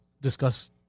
discuss